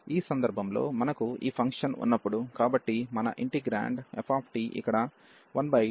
ఈ సందర్భంలో మనకు ఈ ఫంక్షన్ ఉన్నప్పుడు కాబట్టి మన ఇంటిగ్రాండ్ f ఇక్కడ 1t3 t21 కాబట్టి ఇది ఇంటిగ్రాండ్